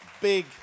big